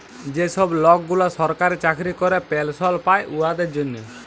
যে ছব লকগুলা সরকারি চাকরি ক্যরে পেলশল পায় উয়াদের জ্যনহে